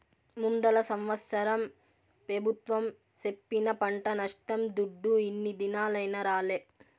ముందల సంవత్సరం పెబుత్వం సెప్పిన పంట నష్టం దుడ్డు ఇన్ని దినాలైనా రాలే